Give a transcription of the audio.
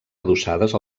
adossades